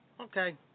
Okay